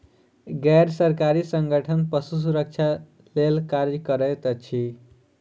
गैर सरकारी संगठन पशु सुरक्षा लेल कार्य करैत अछि